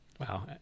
Wow